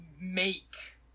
make